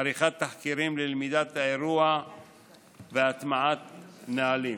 עריכת תחקירים ללמידת האירוע והטמעת נהלים.